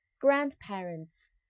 Grandparents